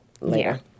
later